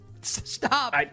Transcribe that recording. stop